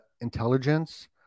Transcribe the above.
intelligence